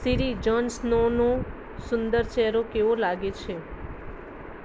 Siri Jon સ્નોનો સુંદર ચહેરો કેવો લાગે છે